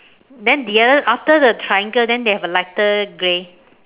then the other after the triangle then they have a lighter grey